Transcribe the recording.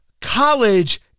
College